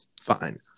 Fine